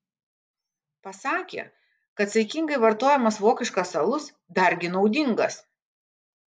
pasakė kad saikingai vartojamas vokiškas alus dargi naudingas